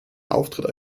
auftritt